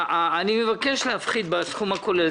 אני מבקש להפחית בסכום הכולל.